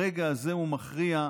הרגע הזה הוא מכריע,